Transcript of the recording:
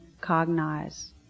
cognize